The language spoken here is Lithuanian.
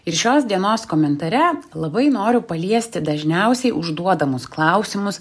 ir šios dienos komentare labai noriu paliesti dažniausiai užduodamus klausimus